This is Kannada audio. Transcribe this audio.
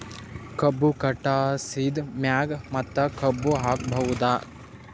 ಕಬ್ಬು ಕಟಾಸಿದ್ ಮ್ಯಾಗ ಮತ್ತ ಕಬ್ಬು ಹಾಕಬಹುದಾ?